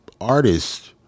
artists